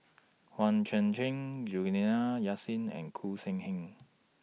Hang Chang Chieh Juliana Yasin and Khoo Sin Hian